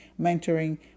mentoring